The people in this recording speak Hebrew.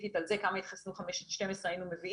ספציפית על זה כמה התחסנו בגילאי חמש עד 12 היינו מביאים.